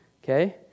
okay